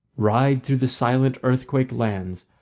ride through the silent earthquake lands,